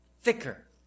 thicker